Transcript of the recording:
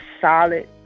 solid